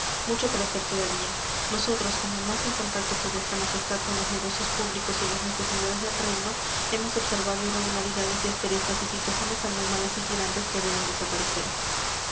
mucho por hacer todavía nosotros como más en contacto que vuestra majestad con los negocios públicos y las necesidades del reino hemos observado irregularidades y asperezas y situaciones anómalas y tirantes que deben desaparecer